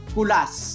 Kulas